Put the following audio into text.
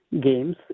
games